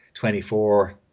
24